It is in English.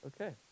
Okay